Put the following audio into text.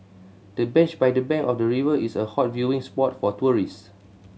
the bench by the bank of the river is a hot viewing spot for tourist